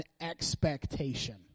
expectation